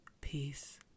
peace